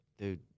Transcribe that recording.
dude